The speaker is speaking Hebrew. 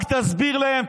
רק תסביר להם,